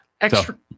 Extra